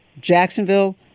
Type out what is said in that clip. Jacksonville